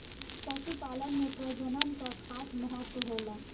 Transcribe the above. पशुपालन में प्रजनन कअ खास महत्व होला